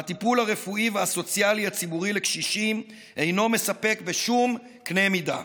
והטיפול הרפואי והסוציאלי הציבורי לקשישים אינו מספק בשום קנה מידה.